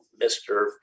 Mr